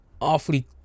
awfully